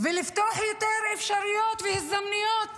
ולפתוח יותר אפשרויות והזדמנויות,